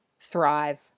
thrive